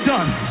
done